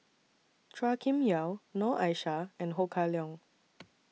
Chua Kim Yeow Noor Aishah and Ho Kah Leong